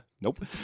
nope